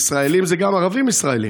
ישראלים זה גם ערבים ישראלים.